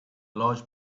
large